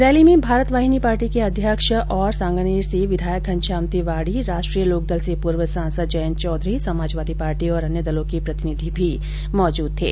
rally में Bharati Vahini party के अध्यक्ष और सांगानेर से विधायक घनश्याम तिवाडी राष्ट्रीय लोकदल से पूर्व सांसद जयंत चौधरी समाजवादी पार्टी और अन्य दलों के प्रतिनिधि भी मौजूद थे